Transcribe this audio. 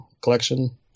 collection